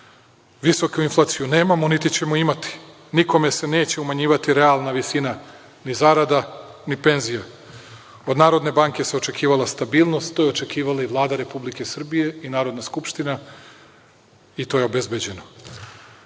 Visoku inflaciju nemamo, niti ćemo je imati. Nikome se neće umanjivati realna visina ni zarada ni penzija. Od Narodne banke se očekivala stabilnost, to je očekivala i Vlada Republike Srbije i Narodna skupština i to je obezbeđeno. Nova